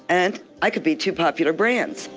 and i could be two popular brands.